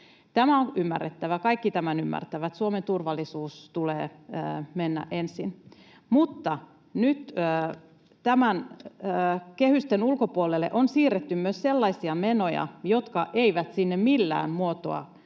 Tämä on ymmärrettävää, ja kaikki tämän ymmärtävät. Suomen turvallisuuden tulee mennä ensin. Mutta nyt kehysten ulkopuolelle on siirretty myös sellaisia menoja, jotka eivät sinne millään muotoa